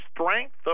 strength